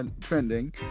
trending